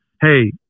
hey